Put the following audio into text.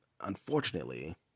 unfortunately